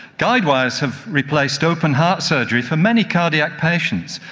guide wires have replaced open heart surgery for many cardiac patients,